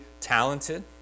talented